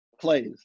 plays